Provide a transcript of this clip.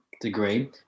degree